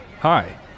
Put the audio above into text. Hi